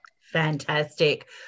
Fantastic